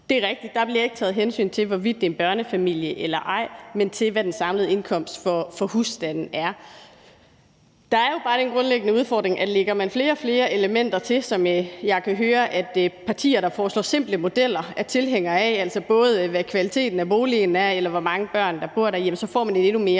Det er rigtigt, at der ikke bliver taget hensyn til, hvorvidt det er en børnefamilie eller ej, men til, hvad den samlede indkomst for husstanden er. Der er jo bare den grundlæggende udfordring, at lægger man flere og flere elementer til, som jeg kan høre at partier, der foreslår simple modeller, er tilhængere af, altså både hvad kvaliteten af boligen er, og hvor mange børn der bor der, jamen så får man en endnu mere